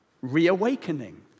reawakening